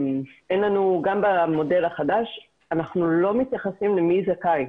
גם במודל החדש אנחנו לא מתייחסים למי זכאי.